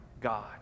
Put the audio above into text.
God